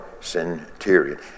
centurion